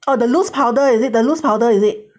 oh the loose powder is it the loose powder is it